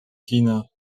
kina